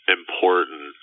important